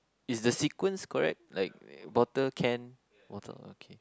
is the sequence correct like bottle can bottle okay